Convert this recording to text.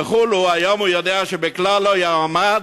וכו' היום הוא יודע שהוא בכלל לא יועמד